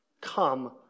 Come